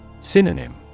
Synonym